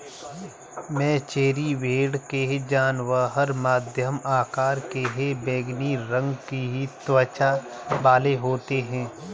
मेचेरी भेड़ ये जानवर मध्यम आकार के बैंगनी रंग की त्वचा वाले होते हैं